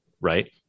right